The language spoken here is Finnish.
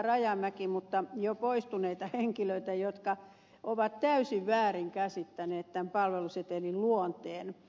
rajamäki mutta jo poistuneita henkilöitä jotka ovat täysin väärin käsittäneet tämän palvelusetelin luonteen